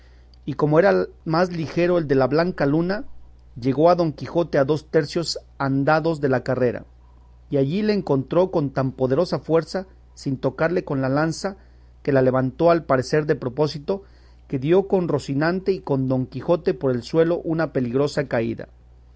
y como era más ligero el de la blanca luna llegó a don quijote a dos tercios andados de la carrera y allí le encontró con tan poderosa fuerza sin tocarle con la lanza que la levantó al parecer de propósito que dio con rocinante y con don quijote por el suelo una peligrosa caída